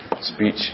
speech